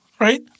right